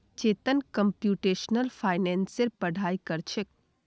Chetan computational financer पढ़ाई कर छेक